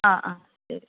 ആ ആ ശരി